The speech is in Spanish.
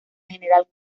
general